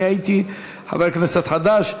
כשאני הייתי חבר כנסת חדש.